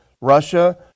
Russia